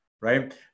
Right